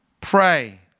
pray